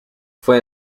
fue